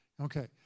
Okay